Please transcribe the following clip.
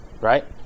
Right